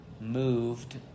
moved